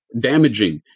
damaging